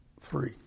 three